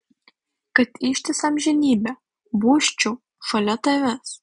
kad ištisą amžinybę busčiau šalia tavęs